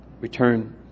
return